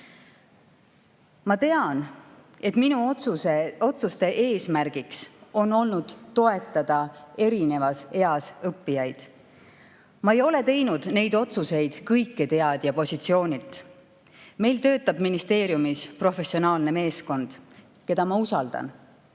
Ma tean, et minu otsuste eesmärk on olnud toetada erinevas eas õppijaid. Ma ei ole teinud neid otsuseid kõiketeadja positsioonilt. Meil töötab ministeeriumis professionaalne meeskond, keda ma usaldan.